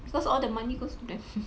because all the money goes to them